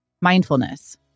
Mindfulness